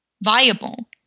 viable